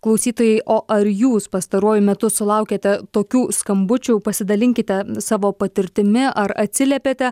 klausytojai o ar jūs pastaruoju metu sulaukiate tokių skambučių pasidalinkite savo patirtimi ar atsiliepėte